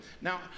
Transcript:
now